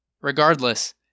Regardless